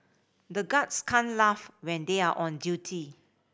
the guards can't laugh when they are on duty